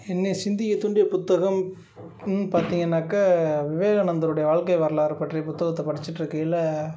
என்னை சிந்திக்கத் தூண்டிய புத்தகம் கும் பார்த்தீங்கன்னாக்கா விவேகானந்துருடைய வாழ்க்கை வரலாறு பற்றிய புத்தகத்தை படிச்சிகிட்ருக்கையில